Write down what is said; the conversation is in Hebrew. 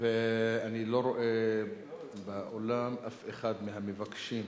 ואני לא רואה באולם אף אחד מהמבקשים.